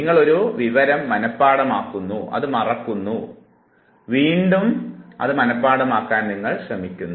നിങ്ങൾ ഒരു വിവരം മനഃപാഠമാക്കുന്നു അത് മറക്കുന്നു വേണ്ടും അത് മനഃപാഠമാക്കാൻ നിങ്ങൾ ശ്രമിക്കുന്നു